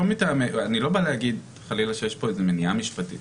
אני לא בא להגיד חלילה שיש פה איזו מניעה משפטית.